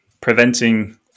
preventing